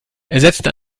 ersetzte